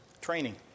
training